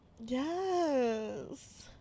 Yes